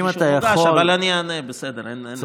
אם אתה יכול, אבל אני אענה, בסדר, אין בעיה.